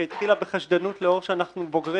שהתחילה בחשדנות לאור זאת שאנחנו בוגרי